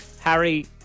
Harry